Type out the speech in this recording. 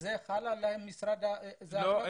לא.